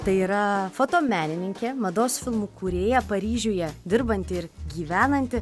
tai yra fotomenininkė mados filmų kūrėja paryžiuje dirbanti ir gyvenanti